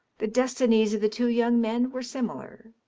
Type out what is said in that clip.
the destinies of the two young men were similar.